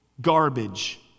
garbage